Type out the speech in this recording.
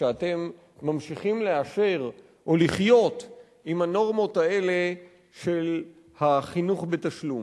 כשאתם ממשיכים לחיות עם הנורמות האלה של החינוך בתשלום?